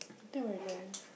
I think we're done